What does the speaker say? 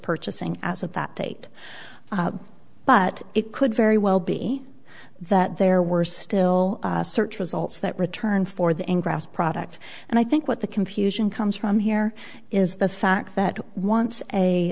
purchasing as of that date but it could very well be that there were still search results that return for the product and i think what the confusion comes from here is the fact that once a